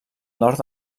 nord